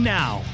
now